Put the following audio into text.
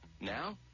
Now